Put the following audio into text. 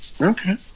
okay